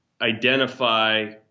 identify